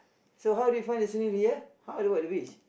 so how do you find the scenery here how about the beach